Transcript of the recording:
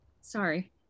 sorry